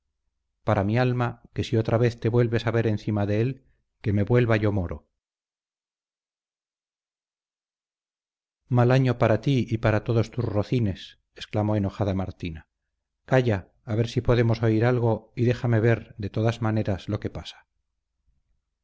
para mi alma que si otra vez te vuelves a ver encima de él que me vuelva yo moro mal año para ti y para todos tus rocines exclamó enojada martina calla a ver si podemos oír algo y déjame ver de todas maneras lo que pasa